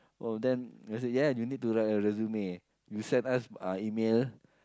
oh then I say yes you need to write a resume you send us uh email